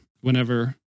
whenever